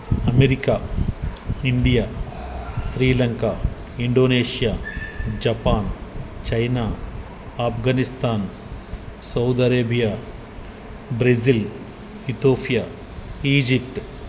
America India Sri Lanka Indonesia Japan China Afghanistan Saudi Arabia Brazil Ethiopia Egypt